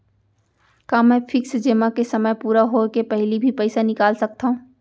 का मैं फिक्स जेमा के समय पूरा होय के पहिली भी पइसा निकाल सकथव?